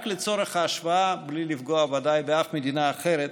רק לצורך ההשוואה, בלי לפגוע ודאי באף מדינה אחרת,